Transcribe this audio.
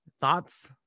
Thoughts